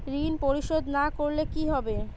ঋণ পরিশোধ না করলে কি হবে?